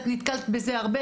את נתקלת בזה הרבה,